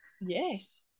Yes